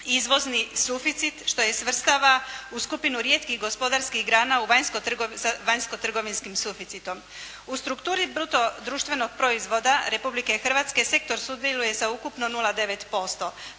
izvozni suficit što je svrstava u skupinu rijetkih gospodarskih grana sa vanjskotrgovinskim suficitom. U strukturi bruto društvenog proizvoda Republike Hrvatske sektor sudjeluje sa ukupno 0,9%.